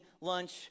lunch